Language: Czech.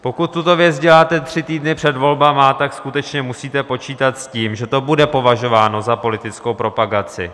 Pokud tuto věc děláte tři týdny před volbami, tak skutečně musíte počítat s tím, že to bude považováno za politickou propagaci.